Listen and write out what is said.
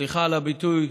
סליחה על הביטוי,